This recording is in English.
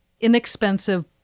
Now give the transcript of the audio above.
inexpensive